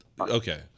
okay